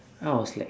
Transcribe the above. then I was like